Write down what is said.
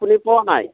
শুনি পোৱা নাই